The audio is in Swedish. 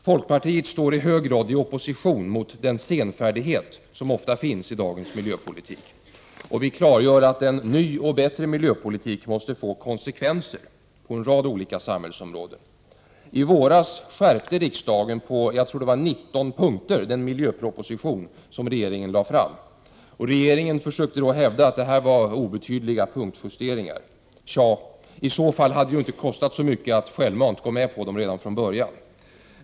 Folkpartiet står i hög grad i opposition mot den senfärdighet som ofta finns i dagens miljöpolitik. Vi klargör att en ny och bättre miljöpolitik måste få konsekvenser på en rad olika samhällsområden. I våras skärpte riksdagen på 19 punkter den miljöproposition som regeringen lade fram. Regeringen försökte då hävda att det var obetydliga punktjusteringar. I så fall hade det ju inte kostat så mycket att självmant gå med på dem redan från början.